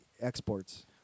exports